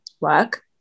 work